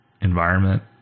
environment